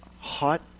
hot